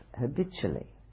habitually